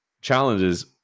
challenges